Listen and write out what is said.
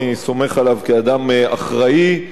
אני סומך עליו כאדם אחראי,